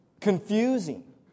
confusing